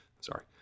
Sorry